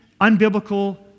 unbiblical